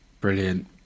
Brilliant